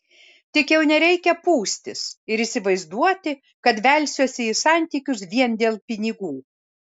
tik jau nereikia pūstis ir įsivaizduoti kad velsiuosi į santykius vien dėl pinigų